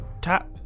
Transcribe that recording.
Tap